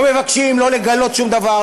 לא מבקשים לא לגלות שום דבר,